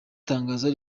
tangazo